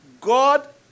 God